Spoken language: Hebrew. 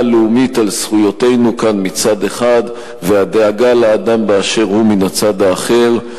הלאומית על זכויותינו כאן מצד אחד והדאגה לאדם באשר הוא מן הצד האחר.